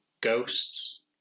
Ghosts